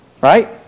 Right